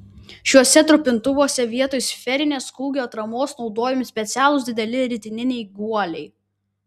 šiuose trupintuvuose vietoje sferinės kūgio atramos naudojami specialūs dideli ritininiai guoliai